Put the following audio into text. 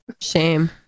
shame